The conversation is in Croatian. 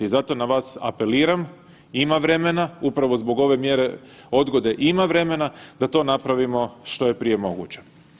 I zato na vas apeliram, ima vremena upravo zbog ove mjere odgode ima vremena da to napravimo što je prije moguće.